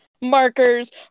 markers